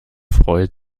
freut